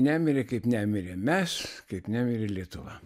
nemirė kaip nemirėm mes kaip nemirė lietuva